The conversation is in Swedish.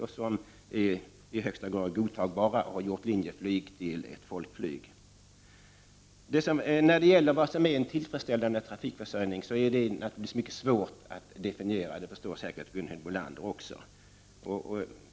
De är ju i högsta grad godtagbara och har gjort Linjeflyg till ett folkflyg. Vad som är en tillfredsställande trafikförsörjning är naturligtvis mycket svårt att definiera — det förstår säkert Gunhild Bolander också.